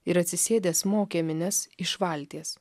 ir atsisėdęs mokė minias iš valties